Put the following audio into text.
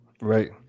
right